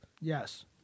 Yes